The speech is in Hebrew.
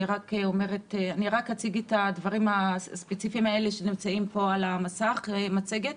רק אציג את הדברים הספציפיים שנמצאים במצגת.